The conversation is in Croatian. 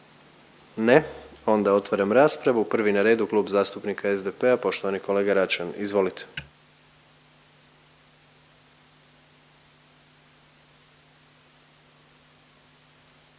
Ne. Onda otvaram raspravu, prvi na redu Klub zastupnika SDP-a, poštovani kolega Račan, izvolite.